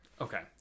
Okay